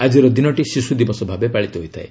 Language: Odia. ଆକିର ଦିନଟି ଶିଶୁ ଦିବସ ଭାବେ ପାଳିତ ହୋଇଥାଏ